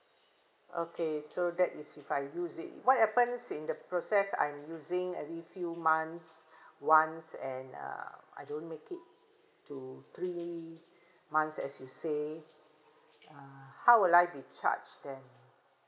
okay so that is if I use it what happens in the process I'm using every few months once and uh I don't make it to three months as you say ah how would I be charged then